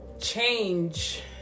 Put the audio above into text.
change